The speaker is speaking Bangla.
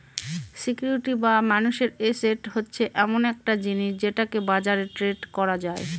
সিকিউরিটি বা মানুষের এসেট হচ্ছে এমন একটা জিনিস যেটাকে বাজারে ট্রেড করা যায়